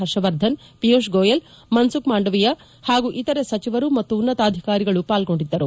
ಹರ್ಷವರ್ಧನ್ ಪಿಯೂಷ್ ಗೋಯಲ್ ಮನ್ನುಖ್ ಮಾಂಡವಿಯಾ ಹಾಗೂ ಇತರೆ ಸಚಿವರು ಮತ್ತು ಉನ್ನತ ಅಧಿಕಾರಿಗಳು ಪಾಲ್ಗೊಂಡಿದ್ದರು